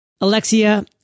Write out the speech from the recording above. Alexia